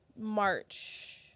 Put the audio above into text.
march